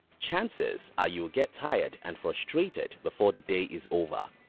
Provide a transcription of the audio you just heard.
chances are you'll get tired and frustrated before the day is over.